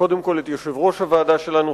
קודם כול את יושב-ראש הוועדה שלנו,